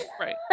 Right